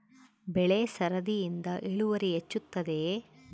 ಬೆಳೆ ಸರದಿಯಿಂದ ಇಳುವರಿ ಹೆಚ್ಚುತ್ತದೆಯೇ?